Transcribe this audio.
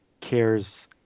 cares